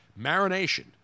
Marination